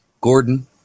Gordon